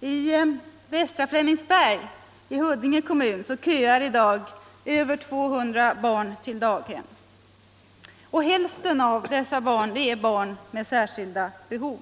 I Västra Flemingsberg i Huddinge kommun köar i dag över 200 barn till daghem, och hälften av dessa barn är barn med särskilda behov.